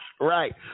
right